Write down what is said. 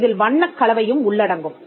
இதில் வண்ணக் கலவையும் உள்ளடங்கும்